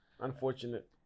Unfortunate